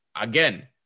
again